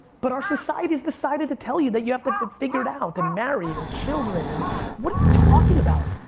but our society's decided to tell you that you have to but figure it out and marry and children and what are you talking about?